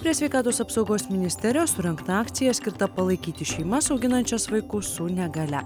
prie sveikatos apsaugos ministerijos surengta akcija skirta palaikyti šeimas auginančias vaikus su negalia